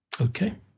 Okay